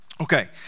Okay